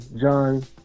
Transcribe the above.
John